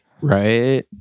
Right